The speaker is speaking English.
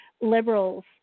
liberals